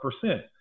percent